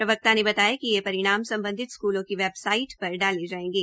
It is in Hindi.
प्रवक्ता ने बताया कि यह परिणाम सम्बधित स्कूलों की वेबसाइट पर डाले जायेंगे